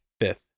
Fifth